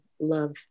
love